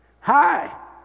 Hi